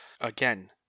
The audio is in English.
Again